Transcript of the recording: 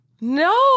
No